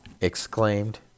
exclaimed